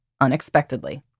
unexpectedly